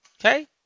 Okay